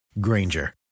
Granger